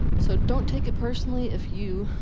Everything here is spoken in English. so, don't take it personally if you,